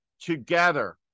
together